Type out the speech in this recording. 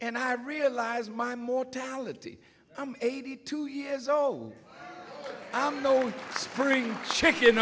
and i realize my mortality i'm eighty two years old i'm no spring chicken